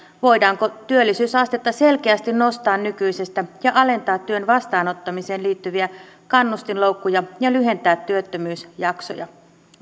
voidaanko työllisyysastetta selkeästi nostaa nykyisestä ja alentaa työn vastaanottamiseen liittyviä kannustinloukkuja ja lyhentää työttömyysjaksoja